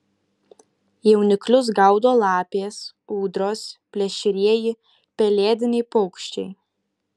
jauniklius gaudo lapės ūdros plėšrieji pelėdiniai paukščiai